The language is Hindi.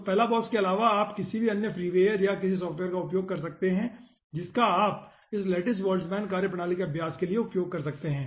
तो Palabos के अलावा आप किसी भी अन्य फ्रीवेयर या किसी सॉफ़्टवेयर का उपयोग कर सकते हैं जिसका आप इस लैटिस बोल्ट्जमैन कार्यप्रणाली के अभ्यास के लिए उपयोग कर सकते हैं